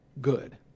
good